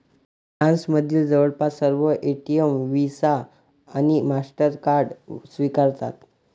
फ्रान्समधील जवळपास सर्व एटीएम व्हिसा आणि मास्टरकार्ड स्वीकारतात